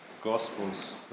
Gospels